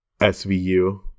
SVU